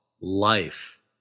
life